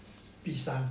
bishan